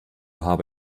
habe